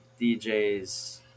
DJs